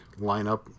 lineup